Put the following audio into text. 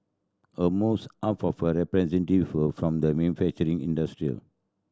almost half of a representative were from the manufacturing industry